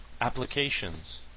applications